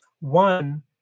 One